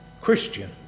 Christian